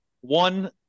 one